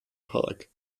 park